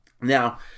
Now